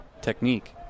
technique